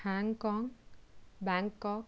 Hong Kong Bangkok